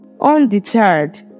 Undeterred